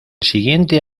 siguiente